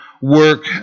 work